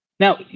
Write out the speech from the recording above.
Now